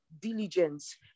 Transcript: diligence